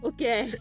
Okay